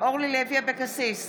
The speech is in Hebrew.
אורלי לוי אבקסיס,